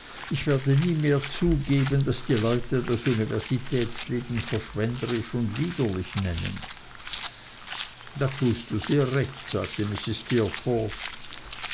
ich werde nie mehr zugeben daß die leute das universitätsleben verschwenderisch und liederlich nennen da tust du sehr recht sagte mrs